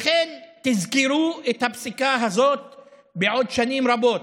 לכן, תזכרו את הפסיקה הזאת בעוד שנים רבות.